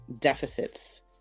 deficits